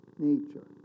nature